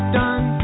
done